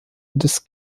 des